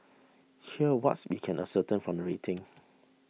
here's what's we can ascertain from the rating